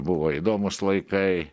buvo įdomūs laikai